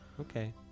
Okay